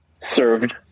served